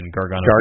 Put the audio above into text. Gargano